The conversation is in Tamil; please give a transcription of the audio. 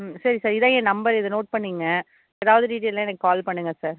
ம் சரி சார் இதான் என் நம்பர் இதை நோட் பண்ணிங்க எதாவது டீட்டெயில்ன்னா எனக்கு கால் பண்ணுங்க சார்